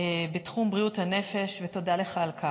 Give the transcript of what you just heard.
בתחום בריאות הנפש, תודה לך על כך.